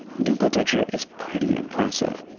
duplitecture is pretty impressive.